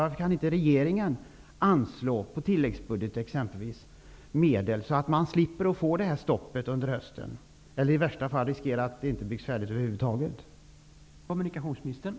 Varför kan inte regeringen anslå, t.ex. via tilläggsbudgeten, medel, så att man slipper det här stoppet under hösten? I värsta fall finns risken att projektet över huvud taget inte helt fullföljs.